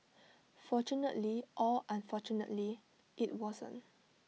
fortunately or unfortunately IT wasn't